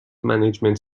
management